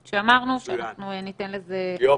יופי,